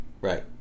Right